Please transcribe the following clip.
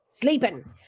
Sleeping